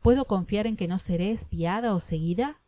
puedo confiar en que ti'b seré espiada ó seguida